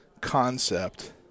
concept